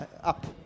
up